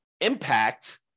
impact